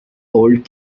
old